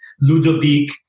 Ludovic